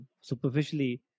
superficially